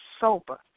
sober